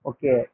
Okay